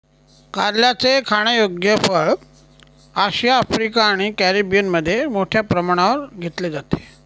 कारल्याचे खाण्यायोग्य फळ आशिया, आफ्रिका आणि कॅरिबियनमध्ये मोठ्या प्रमाणावर घेतले जाते